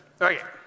Okay